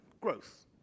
growth